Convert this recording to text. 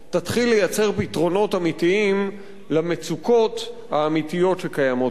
תתחיל לייצר פתרונות אמיתיים למצוקות האמיתיות שקיימות כאן.